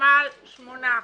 החשמל ב-8 אחוזים.